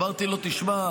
אמרתי לו: תשמע,